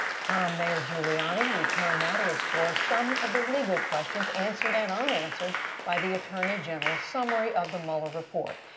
from mayor giuliani, we turn now to explore some of the legal questions answered and unanswered by the attorney general's summary of the mueller report.